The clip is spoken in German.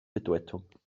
bedeutung